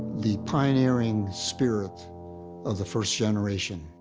the pioneering spirit of the first generation.